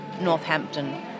Northampton